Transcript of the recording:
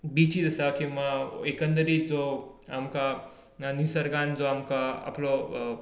beaches आसा किंवा एकंदरीत जो आमकां निसर्गान जो आमकां आपलो